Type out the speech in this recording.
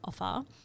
offer